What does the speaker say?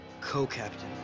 Co-captain